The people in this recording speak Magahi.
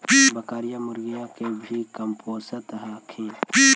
बकरीया, मुर्गीया के भी कमपोसत हखिन?